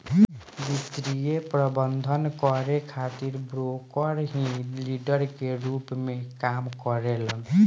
वित्तीय प्रबंधन करे खातिर ब्रोकर ही डीलर के रूप में काम करेलन